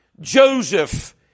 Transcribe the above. Joseph